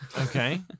Okay